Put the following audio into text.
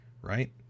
right